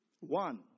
One